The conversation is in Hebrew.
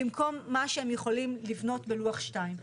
במקום מה שהם יכולים לבנות בלוח2.